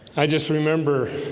i just remember